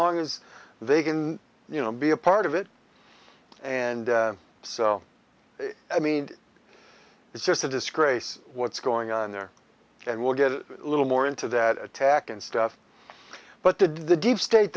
long as they can you know be a part of it and so i mean it's just a disgrace what's going on there and we'll get a little more into that attack and stuff but the deep state